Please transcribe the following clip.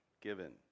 given